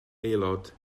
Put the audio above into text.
aelod